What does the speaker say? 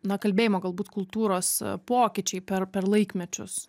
na kalbėjimo galbūt kultūros pokyčiai per per laikmečius